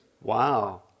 Wow